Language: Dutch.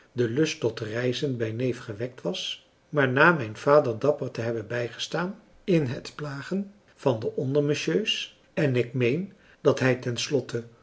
de lust tot reizen bij neef gewekt was maar na mijn vader dapper te hebben bijgestaan in het plagen van de ondermesjeus en ik meen dat hij